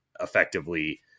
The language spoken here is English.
effectively